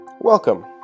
Welcome